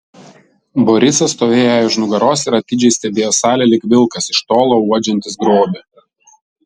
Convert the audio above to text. borisas stovėjo jai už nugaros ir atidžiai stebėjo salę lyg vilkas iš tolo uodžiantis grobį